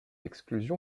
exclusion